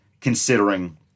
considering